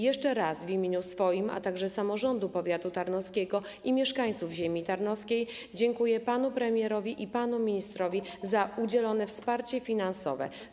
Jeszcze raz w imieniu swoim, a także samorządu powiatu tarnowskiego i mieszkańców Ziemi Tarnowskiej dziękuję panu premierowi i panu ministrowi za udzielone wsparcie finansowe.